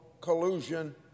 collusion